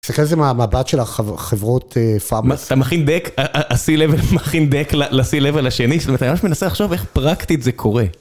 תסתכל על זה מהמבט של חברות פארמה. אתה מכין דק, ה-C-Level מכין דק ל-C-Level השני, זאת אומרת אתה ממש מנסה לחשוב איך פרקטית זה קורה.